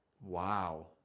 Wow